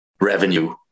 revenue